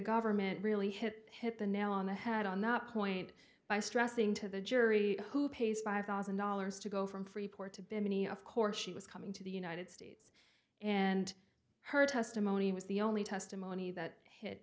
government really hit hit the nail on the head on that point by stressing to the jury who pays five thousand dollars to go from freeport to bimini of course she was coming to the united states and her testimony was the only testimony that hit